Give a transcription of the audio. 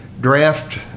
draft